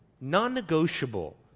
non-negotiable